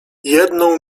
jedną